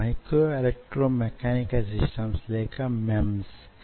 మీరు లెక్కించిన విలువలను యీ సమీకరణం లో అమర్చవచ్చు